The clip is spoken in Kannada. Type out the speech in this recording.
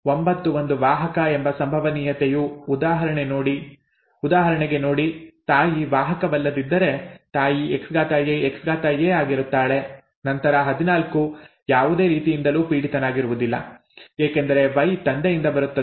9 ಒಂದು ವಾಹಕ ಎಂಬ ಸಂಭವನೀಯತೆಯು ಉದಾಹರಣೆಗೆ ನೋಡಿ ತಾಯಿ ವಾಹಕವಲ್ಲದಿದ್ದರೆ ತಾಯಿ XAXA ಆಗಿರುತ್ತಾಳೆ ನಂತರ 14 ಯಾವುದೇ ರೀತಿಯಿಂದಲೂ ಪೀಡಿತನಾಗಿರುವುದಿಲ್ಲ ಏಕೆಂದರೆ ವೈ ತಂದೆಯಿಂದ ಬರುತ್ತದೆ